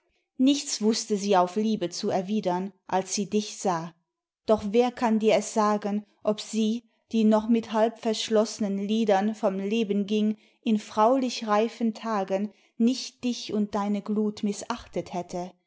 nichts wußte sie auf liebe zu erwidern als sie dich sah doch wer kann dir es sagen ob sie die noch mit halbverschloßnen lidern vom leben ging in fraulich reifen tagen nicht dich und deine glut mißachtet hätte